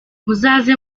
muzaze